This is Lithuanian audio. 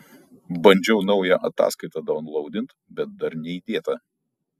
bandžiau naują ataskaitą daunlaudint bet dar neįdėta